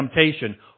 temptation